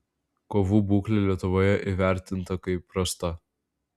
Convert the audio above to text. kovų būklė lietuvoje įvertinta kaip prasta